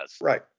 Right